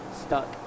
stuck